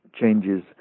changes